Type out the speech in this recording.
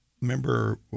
Remember